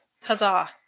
Huzzah